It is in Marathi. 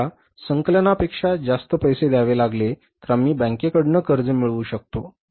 जर आम्हाला संकलनापेक्षा जास्त पैसे द्यावे लागले तर आम्ही बँकेकडून कर्ज मिळवू शकतो